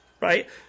right